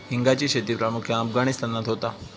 हिंगाची शेती प्रामुख्यान अफगाणिस्तानात होता